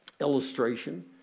illustration